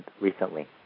recently